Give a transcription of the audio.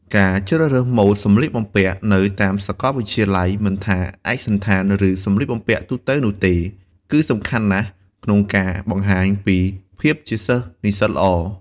ការជ្រើសរើសម៉ូដសម្លៀកបំពាក់នៅតាមសាកលវិទ្យាល័យ មិនថាឯកសណ្ឋាន ឬសម្លៀកបំពាក់ទូទៅនោះទេ គឺសំខាន់ណាស់ក្នុងការបង្ហាញពីភាពជាសិស្សនិស្សិតល្អ។